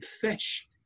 fish